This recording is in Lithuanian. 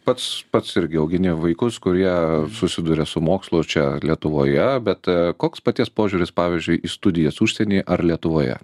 pats pats irgi augini vaikus kurie susiduria su mokslu čia lietuvoje bet koks paties požiūris pavyzdžiui į studijas užsieny ar lietuvoje